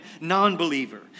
non-believer